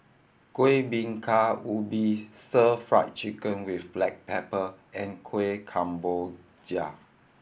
Kuih Bingka Ubi Stir Fried Chicken with black pepper and Kueh Kemboja